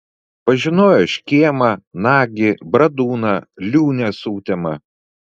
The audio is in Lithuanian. pažinojo škėmą nagį bradūną liūnę sutemą